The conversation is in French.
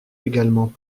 également